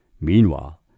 Meanwhile